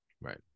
right